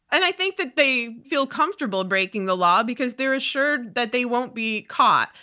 and i think that they feel comfortable breaking the law because they're assured that they won't be caught.